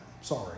Sorry